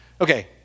Okay